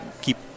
keep